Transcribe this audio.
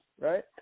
Right